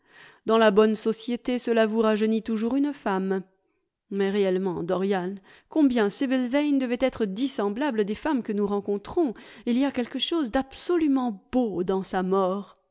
dans la bonne société cela vous rajeunit toujours une femme mais réellement dorian combien sibyl vane devait être dissemblable des femmes que nous rencontrons il y a quelque chose d'absolument beau dans sa mort